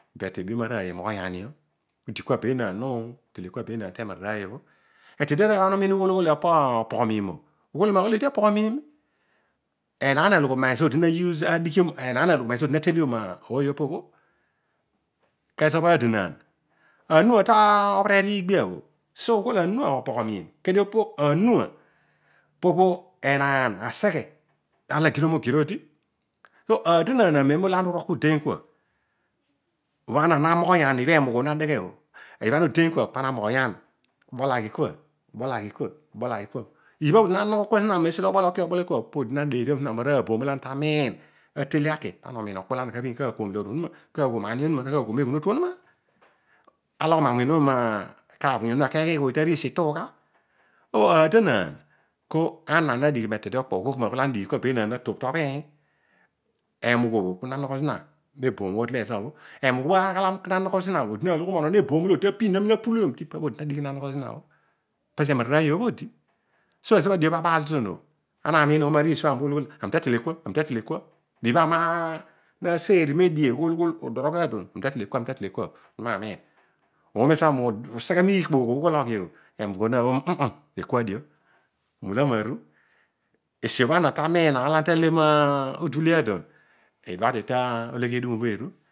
But ebuyom aroiy imoghoy anio. idi kua benaan nekele kua benaany temararoiy obho. Etede aroiy obho ana umiin ughol opoghol miim o ughol gha maghol eedi opoghol miim. Enaan aloghom ezo odi na ateliom ooyopobho kezo bho aadonaan. anoah lo obhereer iigbia sa ughol anoah opoghol miim kedio anoah pobho enaan aseghe arol agirom ogir odi. Aadomaan amem olo ana urol kua udeiy kua bha ana na moghoyan ibha imugh o na deghe obho. ibha ana udeiy kua pana moghoyan. bol aghi kua. bol aghi kua. iibha bho pu na nogho zina mesiolo obol ekua po na deeriom zina maraaboom olo ana ta miin atele aki pana omiin okpolo ana ta seghe aakiom ani onuma na awuyn onuma. kabhin kaakiom eghunotu onuma ka awuny onuma keghiighu tariisi ituugha. Ana na dighi me tede okpo to okol mana na dighi kua be na tobh tobhiin. Emugh obho po nanogho zina meboomo ezo orele ezobho. emugh obho aghalam ku na nogh zina bho na loghom onon eboom olo odi ta pinmi apuliom pezo emarroiy obho odi. so ezobho adio abaal do- don o ana amiin ooma ariisiobho ana ughol ami ta tele kua. ami ta tele kua. ibha imina na seri medie akol ami ta tele kua. ami ta tele kua. oome siobho ami useghe miikpoogh o moghio emugh o na ghol uhuh ekua dio. mula maru. esiobho ana tamin aar la ana ta le mu udule aadon iduadio tologhi edumo obho eru